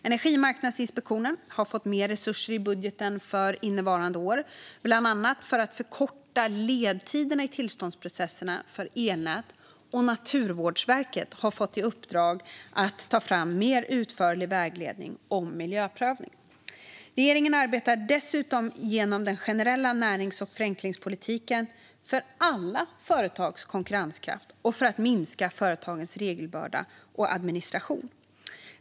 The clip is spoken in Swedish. Energimarknadsinspektionen har fått mer resurser i budgeten för innevarande år, bland annat för att förkorta ledtiderna i tillståndsprocesserna för elnät, och Naturvårdsverket har fått i uppdrag att ta fram en mer utförlig vägledning om miljöprövning. Regeringen arbetar dessutom genom den generella närings och förenklingspolitiken för alla företags konkurrenskraft och för att minska företagens regelbörda och administration.